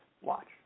Watch